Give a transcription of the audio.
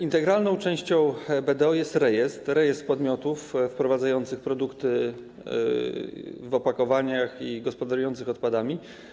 Integralną częścią BDO jest rejestr podmiotów wprowadzających produkty w opakowaniach i gospodarujących odpadami.